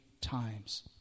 times